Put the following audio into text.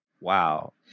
Wow